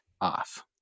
off